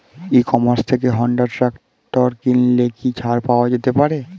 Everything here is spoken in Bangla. ই কমার্স থেকে হোন্ডা ট্রাকটার কিনলে কি ছাড় পাওয়া যেতে পারে?